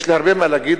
יש לי הרבה מה להגיד,